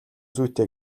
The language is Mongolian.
зүйтэй